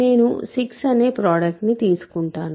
నేను 6 అనే ప్రోడక్ట్ తీసుకుంటాను